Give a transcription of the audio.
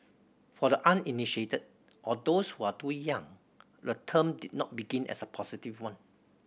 for the uninitiated or those who are too young the term did not begin as a positive one